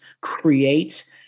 create